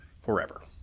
forever